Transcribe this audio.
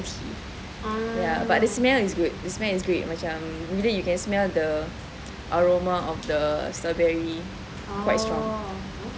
ya but the smell is great is good you can smell the aroma of the strawberry quite strong